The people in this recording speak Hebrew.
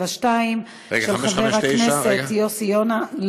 572 של חבר הכנסת יוסי יונה.